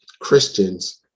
Christians